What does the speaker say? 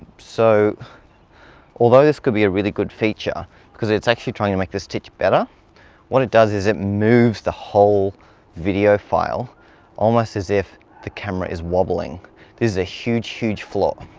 so although this could be a really good feature because it's actually trying to make the stitch better what it does is it moves the whole video file almost as if the camera is wobbling this is a huge huge flaw